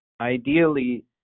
ideally